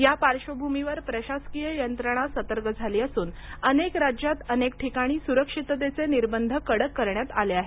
या पार्श्वभूमीवर प्रशासकीय यंत्रणा सतर्क झाली असून अनेक राज्यात अनेक ठिकाणी सुरक्षिततेचे निर्बंध कडक करण्यात आले आहेत